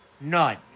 none